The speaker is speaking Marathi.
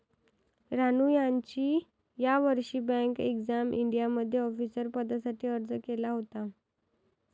रानू यांनी यावर्षी बँक एक्झाम इंडियामध्ये ऑफिसर पदासाठी अर्ज केला होता